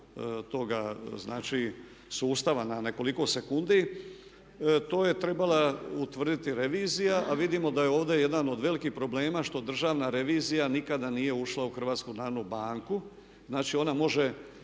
znači sustava na nekoliko sekundi, to je trebala utvrditi revizija a vidimo da je ovdje jedan od velikih problema što državna revizija nikada nije ušla u HNB. Znači ona može